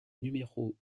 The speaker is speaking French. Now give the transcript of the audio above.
numéros